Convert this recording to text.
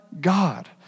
God